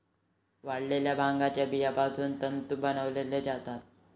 वाळलेल्या भांगाच्या बियापासून तंतू बनवले जातात